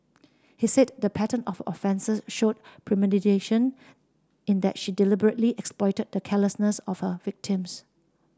he said the pattern of offences showed premeditation in that she deliberately exploited the carelessness of her victims